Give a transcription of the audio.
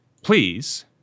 Please